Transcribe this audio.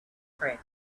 friend